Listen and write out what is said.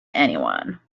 anyone